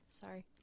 Sorry